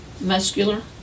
Muscular